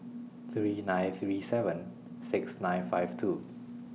three nine three seven six nine five two